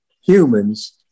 humans